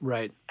Right